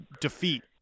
defeat